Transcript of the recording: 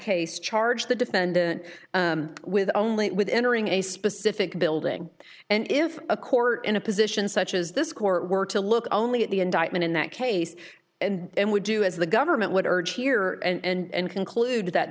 case charge the defendant with only with entering a specific building and if a court in a position such as this court were to look only at the indictment in that case and would do as the government would urge here and conclude that